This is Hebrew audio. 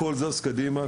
הכול זז קדימה,